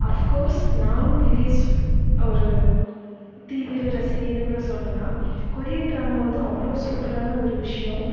of course நானும் BTS ஒரு தீவிர ரசிகைனு கூட சொல்லலாம் கொரியன் ட்ராமா வந்து அவ்வளோ சூப்பரான ஒரு விஷியம்